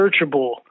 searchable